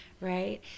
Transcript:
right